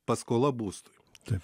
paskola būstui tai